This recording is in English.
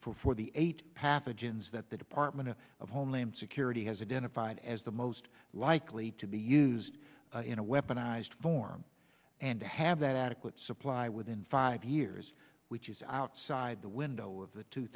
for for the eight pathogens that the department of homeland security has identified as the most likely to be used in a weaponized form and to have that adequate supply within five years which is outside the window of the two